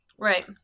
Right